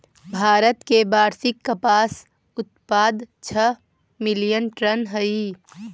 भारत के वार्षिक कपास उत्पाद छः मिलियन टन हई